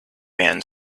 man